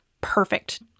perfect